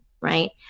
right